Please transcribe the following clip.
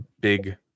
big